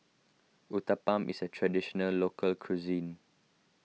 Uthapam is a Traditional Local Cuisine